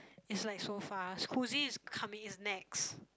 it's like so fast Whoozy is coming he is next